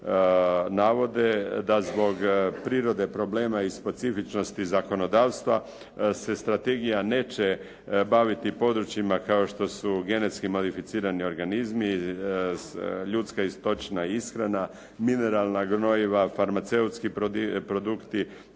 navode, da zbog prirode problema i specifičnosti zakonodavstva se strategija neće baviti područjima kao što su genetski modificirani organizmi, ljudska i stočna ishrana, mineralna gnojiva, farmaceutski produkti,